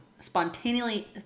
spontaneously